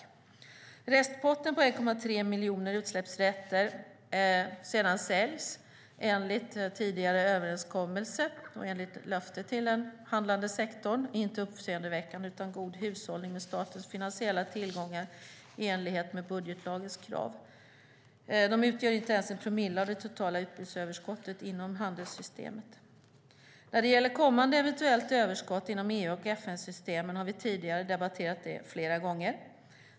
Att restpotten på 1,3 miljoner utsläppsrätter sedan såldes, enligt tidigare överenskommelse och enligt löfte till den handlande sektorn, är inte uppseendeväckande utan god hushållning med statens finansiella tillgångar i enlighet med budgetlagens krav. De utgör inte ens 1 promille av det totala utbudsöverskottet inom handelssystemet. Kommande eventuellt överskott inom EU och FN-systemen har vi tidigare debatterat flera gånger.